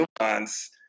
nuance